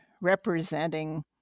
representing